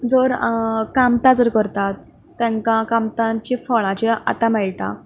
जर कामतां जर करतात तांकां कामतांचीं फळां जीं आतां मेळटा